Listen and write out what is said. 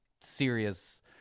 serious